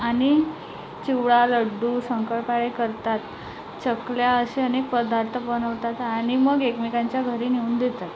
आणि चिवडा लड्डू शंकरपाळे करतात चकल्या असे अनेक पदार्थ बनवतात आणि मग एकमेकांच्या घरी नेऊन देतात